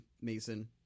Mason